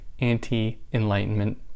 anti-enlightenment